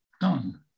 done